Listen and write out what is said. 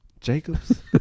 Jacobs